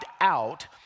out